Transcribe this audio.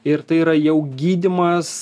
ir tai yra jau gydymas